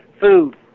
food